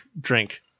drink